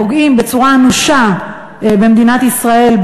פוגעים בצורה אנושה במדינת ישראל,